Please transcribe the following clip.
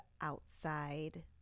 outside